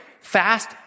Fast